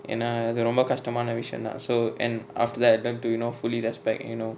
ஏனா அது ரொம்ப கஷ்டமான விசயோதா:yena athu romba kastamana visayotha so and after that attempt to you know fully respect you know